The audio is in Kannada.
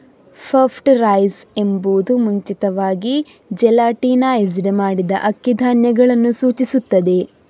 ಪಫ್ಡ್ ರೈಸ್ ಎಂಬುದು ಮುಂಚಿತವಾಗಿ ಜೆಲಾಟಿನೈಸ್ಡ್ ಮಾಡಿದ ಅಕ್ಕಿ ಧಾನ್ಯಗಳನ್ನು ಸೂಚಿಸುತ್ತದೆ